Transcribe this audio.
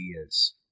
ideas